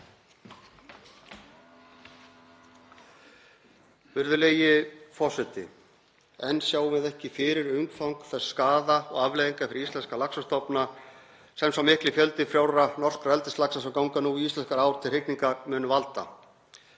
Virðulegi forseti. Enn sjáum við ekki fyrir umfang þess skaða og afleiðingarnar fyrir íslenska laxastofna sem sá mikli fjöldi frjórra norskra eldislaxa, sem ganga nú í íslenskar ár til hrygningar, mun valda